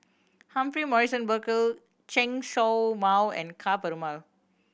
Humphrey Morrison Burkill Chen Show Mao and Ka Perumal